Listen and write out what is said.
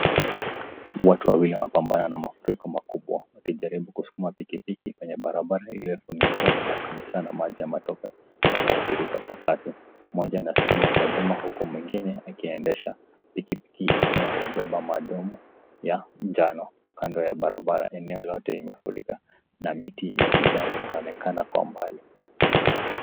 Watu wawili wanapambana na mafuriko makubwa wakijaribu kusukuma pikipiki kwenye barabara iliyofunikwa kabisa na maji ya matope. Eneo tirika kwa kasi. Mmoja anasukuma kwa nyuma huku mwingine akiendesha. Pikipiki iliyo imebeba madumu ya njano. Kando ya barabara eneo lote imefurika na miti ya kijani inaonekana kwa mbali.